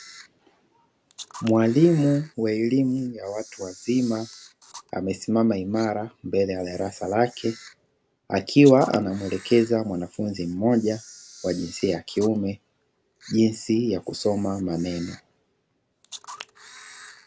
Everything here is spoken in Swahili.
Mwalimu wa elimu ya watu wazima amesimama imara mbele ya darasa lake, akiwa anamwelekeza mwanafunzi mmoja wa jinsia ya kiume, jinsi ya kusoma maneno.